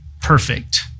perfect